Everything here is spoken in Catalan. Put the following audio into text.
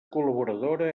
col·laboradora